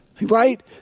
right